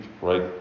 right